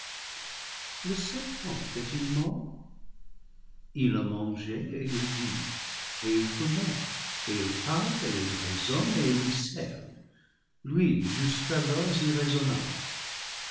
est-il mort il a mangé et il vit et il connaît et il parle et il raisonne et il discerne lui jusqu'alors irraisonnable